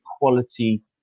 quality